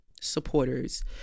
supporters